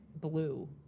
Blue